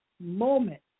moment